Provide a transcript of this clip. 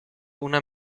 una